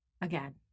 again